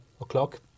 o'clock